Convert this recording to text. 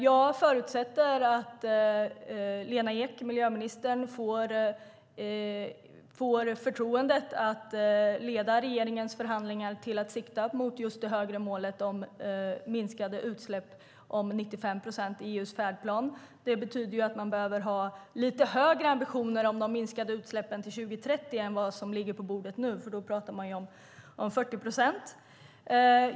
Jag förutsätter att miljöminister Lena Ek får förtroendet att leda regeringens förhandlingar till att sikta mot just det högre målet om minskade utsläpp med 95 procent i EU:s färdplan. Det betyder att man behöver ha lite högre ambitioner för de minskade utsläppen till 2030 än vad som ligger på bordet nu, för då pratar man om 40 procent.